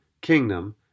kingdom